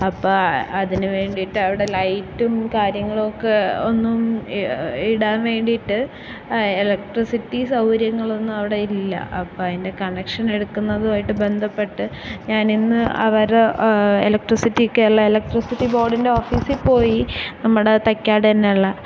അപ്പം അതിനുവേണ്ടീട്ടവിടെ ലൈറ്റും കാര്യങ്ങളും ഒക്കെ ഒന്നും ഇടാന് വേണ്ടീട്ട് എലക്ട്രിസിറ്റി സൗകര്യങ്ങളൊന്നും അവിടെ ഇല്ല അപ്പം അതിന്റെ കണക്ഷനെടുക്കുന്നതുമായിട്ട് ബന്ധപ്പെട്ട് ഞാനിന്ന് അവരുടെ എലക്ട്രിസിറ്റി കേരള എലക്ട്രിസിറ്റി ബോഡിന്റെ ഓഫീസിൽ പോയി നമ്മുടെ തൈക്കാട് തന്നെയുള്ള